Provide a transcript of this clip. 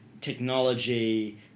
technology